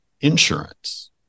insurance